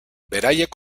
beraiek